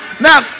Now